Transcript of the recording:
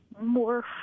more